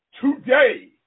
today